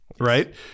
right